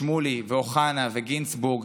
שמולי ואוחנה וגינזבורג,